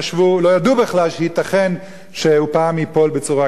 לא ידעו בכלל שייתכן שהוא פעם ייפול בצורה כזאת.